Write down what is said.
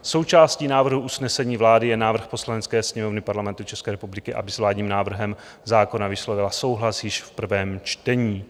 Součástí návrhu usnesení vlády je návrh Poslanecké sněmovny Parlamentu České republiky, aby s vládním návrhem zákona vyslovila souhlas již v prvém čtení.